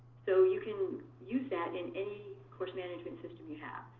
so you can use that in any course management system you have.